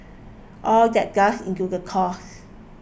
all that does into the cost